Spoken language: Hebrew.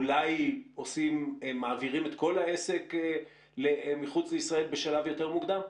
אולי מעבירים את כל העסק מחוץ לישראל בשלב יותר מוקדם?